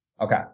Okay